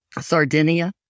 Sardinia